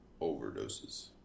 overdoses